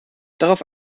darauf